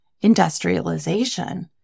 industrialization